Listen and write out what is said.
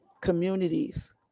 communities